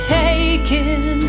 taken